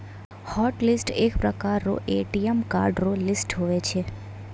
hotlist एक प्रकार रो ए.टी.एम कार्ड रो लिस्ट हुवै छै